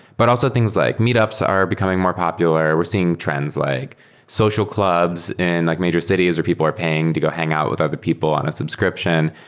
but also things like meet ups are becoming more popular. we're seeing trends like social clubs in like major cities where people are paying to go hang out with other people on a subscription.